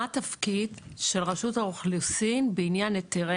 מה התפקיד של רשות האוכלוסין בעניין היתרי